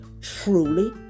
truly